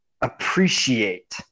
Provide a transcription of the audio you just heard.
appreciate